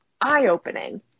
eye-opening